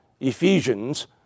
Ephesians